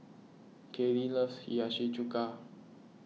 Kalie loves Hiyashi Chuka